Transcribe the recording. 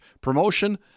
promotion